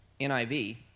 NIV